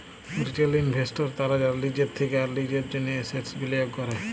retail investors তারা যারা লিজের থেক্যে আর লিজের জন্হে এসেটস বিলিয়গ ক্যরে